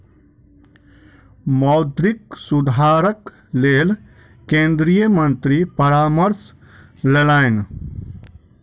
मौद्रिक सुधारक लेल केंद्रीय मंत्री परामर्श लेलैन